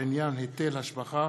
לעניין היטל השבחה),